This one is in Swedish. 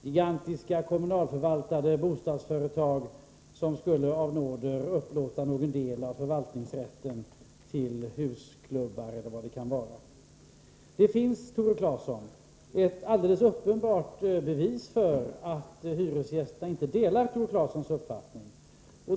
Gigantiska kommunalförvaltade bostadsföretag skulle av nåder upplåta någon del av förvaltningsrätten till husklubbar eller vad det nu kan vara fråga om. Det finns ett alldeles uppenbart bevis för att hyresgästerna inte delar Tore Claesons uppfattning.